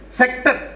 sector